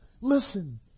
Listen